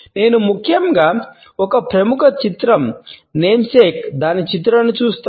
నేను ముఖ్యంగా ఒక ప్రముఖ చిత్రం నేమ్సేక్లో దాని చిత్రణను సూచిస్తాను